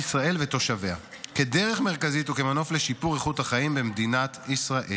ותושביה כדרך מרכזית וכמנוף לשיפור איכות החיים במדינת ישראל.